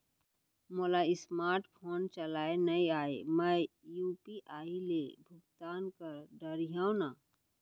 मोला smartphone चलाए नई आए मैं यू.पी.आई ले भुगतान कर डरिहंव न?